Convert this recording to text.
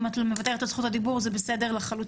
אם את מוותרת על זכות הדיבור זה בסדר לחלוטין.